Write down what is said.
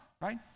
right